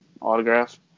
autograph